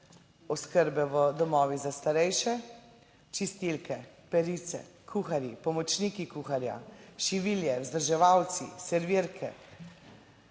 oskrbe v domovih za starejše: čistilke, perice, kuharji, pomočniki kuharja, šivilje, vzdrževalci servirke.